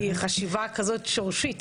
זו חשיבה כזו שורשית.